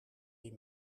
die